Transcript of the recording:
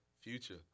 Future